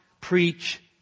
preach